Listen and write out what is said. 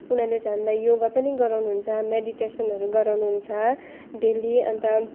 उनीहरूले चाहिँ हामीलाई योगा पनि गराउनुहुन्छ मेडिटेसनहरू गराउनुहुन्छ डेली अन्त